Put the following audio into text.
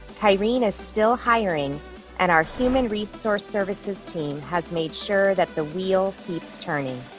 kyrene is still hiring and our human resource services team has made sure that the real keeps turning.